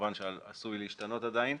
וכמובן שהוא עשוי להשתנות עדיין,